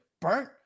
burnt